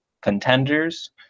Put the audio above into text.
contenders